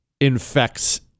infects